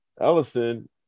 Ellison